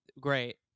great